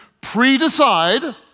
pre-decide